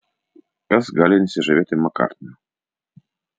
kas gali nesižavėti makartniu